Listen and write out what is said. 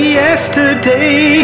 yesterday